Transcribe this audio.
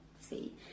See